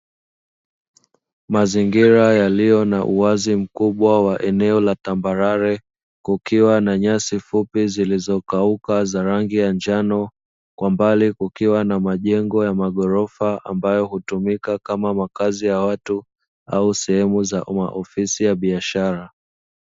Mazingira yaliyo na uwazi mkubwa wa eneo la tambarare kukiwa na nyasi fupi zilizokauka za rangi ya njano, kwa mbali kukiwa na majengo ya magorofa ambayo hutumika kama makazi ya watu au sehemu za ofisi ya biashara.